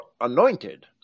anointed